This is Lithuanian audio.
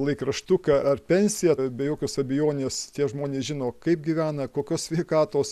laikraštuką ar pensiją be jokios abejonės tie žmonės žino kaip gyvena kokios sveikatos